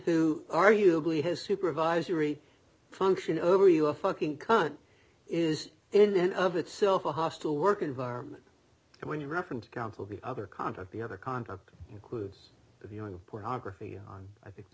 who arguably has supervisory function over you a fucking con is in and of itself a hostile work environment and when you referenced counsel the other conduct the other conduct was viewing pornography on i think the